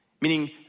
Meaning